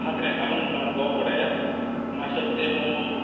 ᱦᱚᱠ ᱨᱮᱱᱟᱜ ᱠᱟᱹᱱᱩᱱ ᱢᱮᱱᱟᱜᱼᱟ ᱚᱱᱟ ᱵᱟᱵᱚᱱ ᱵᱟᱰᱟᱭᱟ ᱚᱱᱟ ᱦᱤᱥᱟᱹᱵᱽ ᱛᱮᱦᱚᱸ